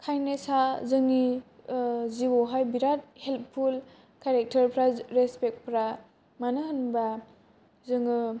काइन्दनेसा जोंनि जिउआव हाय बिराथ हेल्फुल केरेक्टारफ्रा रेसपेक्टफ्रा मानो होनबा जोङो